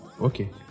okay